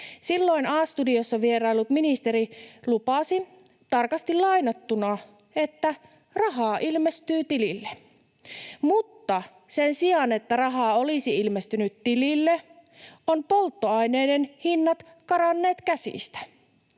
Silloin A-studiossa vieraillut ministeri lupasi — tarkasti lainattuna — että ”rahaa ilmestyy tilille”, mutta sen sijaan, että rahaa olisi ilmestynyt tilille, ovat polttoaineiden hinnat karanneet käsistä.